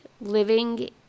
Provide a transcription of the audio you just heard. living